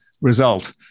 result